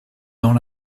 dans